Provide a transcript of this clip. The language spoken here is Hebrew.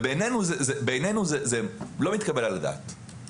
בעינינו זה לא מתקבל על הדעת.